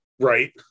Right